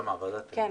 כן.